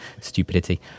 stupidity